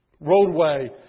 roadway